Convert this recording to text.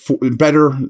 better